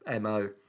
mo